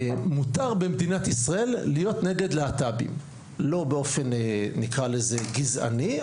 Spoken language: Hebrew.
מותר במדינת ישראל להיות נגד להט"בים לא באופן נקרא לזה גזעני,